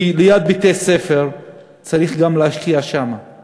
כי צריך להשקיע גם ליד בתי-ספר.